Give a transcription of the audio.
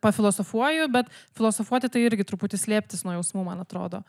pafilosofuoju bet filosofuoti tai irgi truputį slėptis nuo jausmų man atrodo